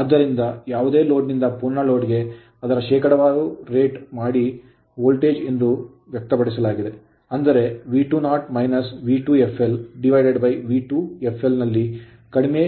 ಆದ್ದರಿಂದ ಯಾವುದೇ ಲೋಡ್ ನಿಂದ ಪೂರ್ಣ ಲೋಡ್ ಗೆ ಅದರ ಶೇಕಡಾವಾರು ರೇಟ್ ಮಾಡಿದ ವೋಲ್ಟೇಜ್ ಎಂದು ವ್ಯಕ್ತಪಡಿಸಲಾಗಿದೆ ಅಂದರೆ V20 - V2fl V2fl ನಲ್ಲಿ ಕಡಿಮೆ